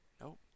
Nope